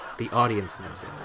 the audience knows it.